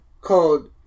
called